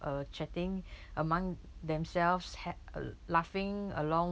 uh chatting among themselves h~ uh laughing along